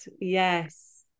Yes